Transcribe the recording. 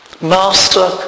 Master